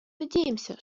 надеемся